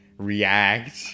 React